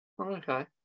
okay